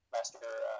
Master